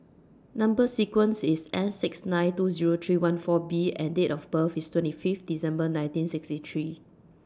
Number sequence IS S six nine two Zero three one four B and Date of birth IS twenty Fifth December nineteen sixty three